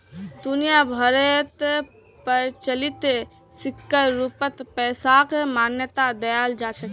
दुनिया भरोत प्रचलित सिक्कर रूपत पैसाक मान्यता दयाल जा छेक